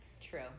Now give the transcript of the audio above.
True